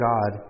God